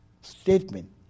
statement